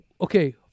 okay